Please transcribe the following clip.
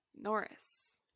Norris